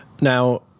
now